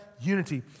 unity